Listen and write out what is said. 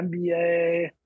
NBA